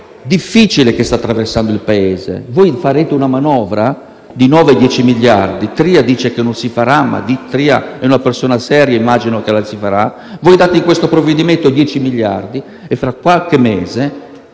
difficile che sta attraversando il Paese. Voi farete una manovra di nove, dieci miliardi (Tria dice che non si farà, ma Tria è una persona seria e immagino che la si farà). Quindi, con questo provvedimento date dieci miliardi e fra qualche mese